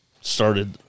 Started